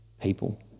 people